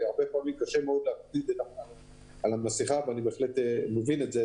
וקשה להקפיד על המסכה, אני מבין את זה,